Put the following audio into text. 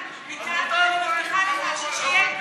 יש לכם מיליון שריונים,